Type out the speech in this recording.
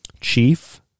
chief